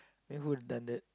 then who attended